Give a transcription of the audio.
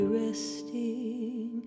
resting